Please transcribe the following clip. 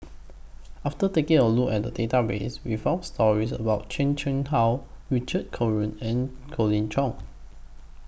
after taking A Look At The Database We found stories about Chan Chang How Richard Corridon and Colin Cheong